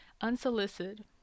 Unsolicited